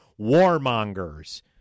warmongers